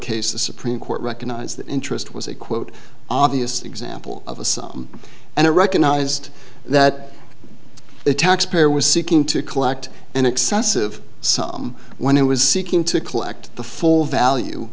case the supreme court recognized that interest was a quote obvious example of a sum and it recognized that the taxpayer was seeking to collect an excessive some when it was seeking to collect the full value